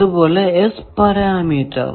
അതുപോലെ S parameter